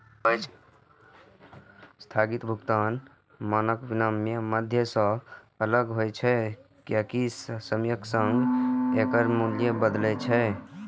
स्थगित भुगतान मानक विनमय माध्यम सं अलग होइ छै, कियैकि समयक संग एकर मूल्य बदलै छै